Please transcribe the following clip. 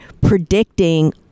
predicting